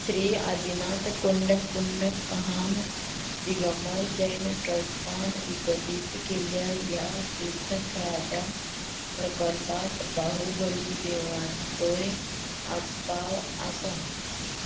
श्री आदिनाथ कुंडकुंड कहान दिगमर जैन ट्रस्टान विकसीत केल्ल्या ह्या तीर्थळाच्या प्रकल्पांत बाहुबली देवळाचोय आस्पाव आसा